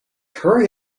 hurry